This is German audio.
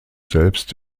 selbst